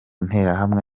nterahamwe